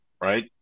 right